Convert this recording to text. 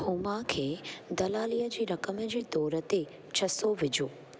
हुमा खे दलालीअ जी रक़म जे तोरु ते छह सौ विझो